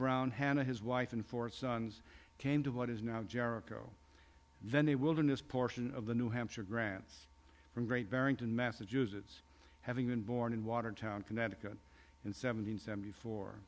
brown hannah his wife and four sons came to what is now jericho then they will in this portion of the new hampshire grants from great barrington massachusetts having been born in watertown connecticut in seven hundred seventy four